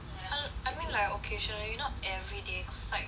I mean like occasionally not everyday cause like